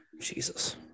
Jesus